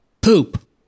Poop